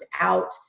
out